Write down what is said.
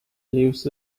lives